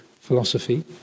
philosophy